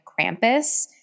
Krampus